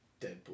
Deadpool